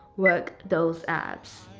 work those abs.